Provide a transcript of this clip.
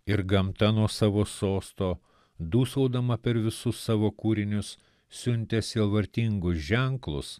ir gamta nuo savo sosto dūsaudama per visus savo kūrinius siuntė sielvartingus ženklus